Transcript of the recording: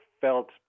felt